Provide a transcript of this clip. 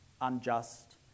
unjust